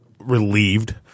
relieved